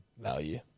value